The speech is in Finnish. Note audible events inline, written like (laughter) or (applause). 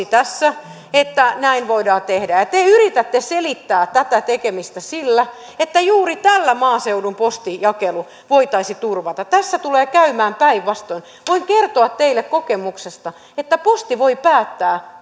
(unintelligible) tässä että näin voidaan tehdä ja ja te yritätte selittää tätä tekemistä sillä että juuri tällä maaseudun postinjakelu voitaisiin turvata tässä tulee käymään päinvastoin voin kertoa teille kokemuksesta että yksityinen yritys voi päättää